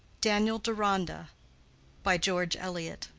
daniel deronda by george eliot